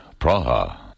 Praha